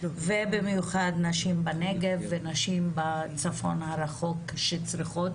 ובמיוחד נשים בנגב ונשים בצפון הרחוק שצריכות